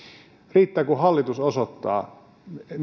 riittää kun hallitus osoittaa